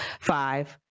five